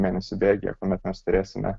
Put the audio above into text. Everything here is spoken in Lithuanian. mėnesių bėgyje kuomet mes turėsime